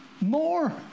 more